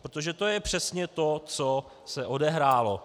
Protože to je přesně to, co se odehrálo.